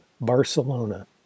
Barcelona